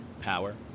power